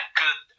good